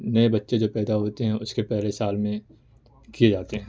نئے بچے جب پیدا ہوتے ہیں اس کے پہلے سال میں کیے جاتے ہیں